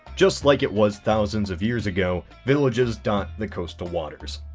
just like it was thousands of years ago villages dot the coastal waters.